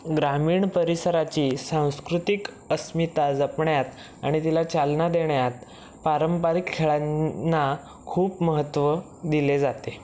ग्रामीण परिसराची सांस्कृतिक अस्मिता जपण्यात आणि तिला चालना देण्यात पारंपरिक खेळांना खूप महत्व दिले जाते